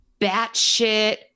batshit